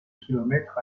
kilomètres